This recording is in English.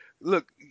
look